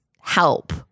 help